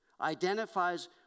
identifies